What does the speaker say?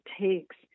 takes